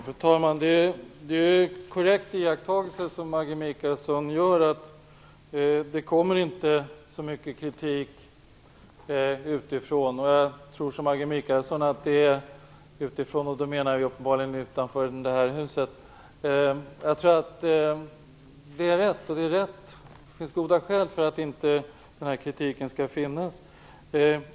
Fru talman! Det är en korrekt iakttagelse som Maggi Mikaelsson gör att det inte kommer så mycket kritik utifrån, och då menar vi uppenbarligen utanför det här huset. Jag tror att det finns goda skäl för att den här kritiken inte skall finnas.